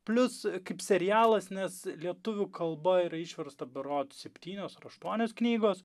plius kaip serialas nes lietuvių kalba yra išversta berods septynios ar aštuonios knygos